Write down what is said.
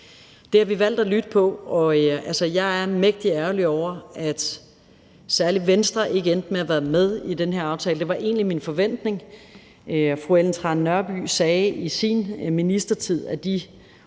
Det har vi valgt at lytte til. Jeg er mægtig ærgerlig over, at særlig Venstre ikke endte med at være med i den her aftale, for det var egentlig min forventning. Fru Ellen Trane Nørby sagde i sin ministertid – og